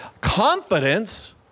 Confidence